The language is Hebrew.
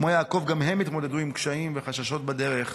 כמו יעקב, גם הם התמודדו עם קשיים וחששות בדרך,